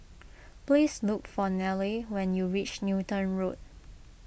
please look for Nelie when you reach Newton Road